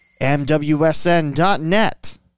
MWSN.net